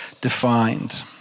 defined